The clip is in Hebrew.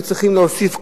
הם היו צריכים להוסיף,